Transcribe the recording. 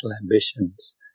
ambitions